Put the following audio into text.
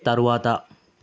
తరువాత